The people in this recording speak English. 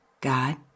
God